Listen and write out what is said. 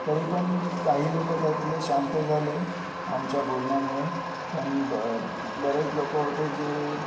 तरीपण काही लोकं त्यातले शांत झाले आमच्या बोलण्यामुळे पण ब बरेच लोकं होते जे